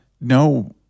No